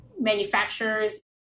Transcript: manufacturers